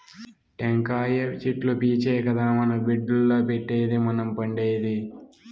టెంకాయ చెట్లు పీచే కదా మన బెడ్డుల్ల పెట్టేది మనం పండేది